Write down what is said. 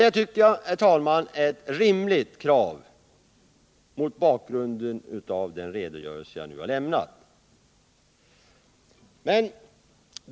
Det tycker jag, herr talman, är ett rimligt krav mot bakgrunden av den redogörelse jag nu har lämnat.